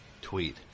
tweet